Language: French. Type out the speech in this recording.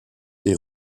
est